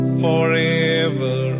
forever